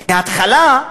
בהתחלה,